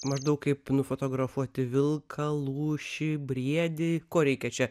maždaug kaip nufotografuoti vilką lūšį briedį ko reikia čia